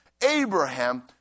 Abraham